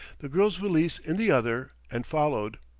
the girl's valise in the other, and followed.